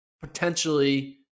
potentially